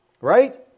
Right